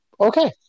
Okay